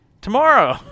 tomorrow